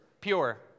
Pure